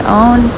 own